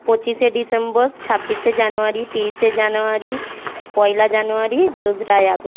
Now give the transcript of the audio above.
পঁচিশে ডিসেম্বর ছাব্বিশে জানুয়ারি তিরিশে জানুয়ারি পয়লা জানুয়ারি দোসরা আগস্ট